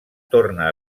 torna